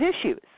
issues